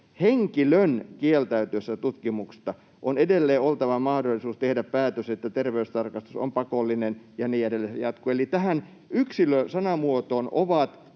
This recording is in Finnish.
henkilön kieltäytyessä tutkimuksesta on edelleen oltava mahdollisuus tehdä päätös, että terveystarkastus on pakollinen” ja niin edelleen jatkuu. Eli tähän yksilö-sanamuotoon ovat